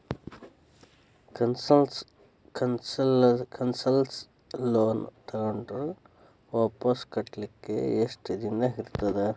Concessional loan ತಗೊಂಡ್ರ್ ವಾಪಸ್ ಕಟ್ಲಿಕ್ಕೆ ಯೆಷ್ಟ್ ದಿನಾ ಇರ್ತದ?